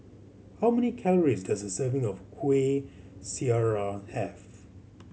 how many calories does a serving of Kueh Syara have